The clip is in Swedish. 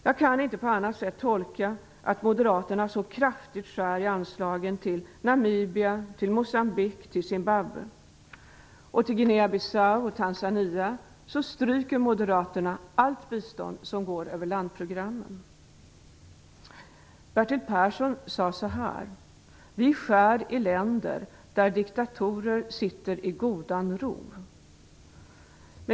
Jag kan inte på annat sätt tolka att Moderaterna så kraftigt skär i anslagen till Namibia, Moçambique och Zimbabwe. Bertil Persson sade så här: Vi skär i länder där diktatorer sitter i godan ro.